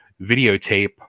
videotape